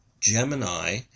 Gemini